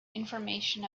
information